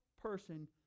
person